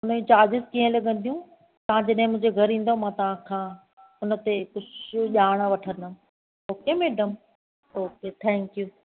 हुन जूं चार्ज कीअं लॻंदियूं तव्हां जॾहिं मुंहिंजे घरु ईन्दव मां तव्हांखां हुनते कुझु ॼाणु वठन्दमि ओके मेडम ओके थैंक्यू